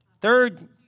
Third